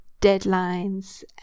deadlines